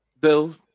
Bill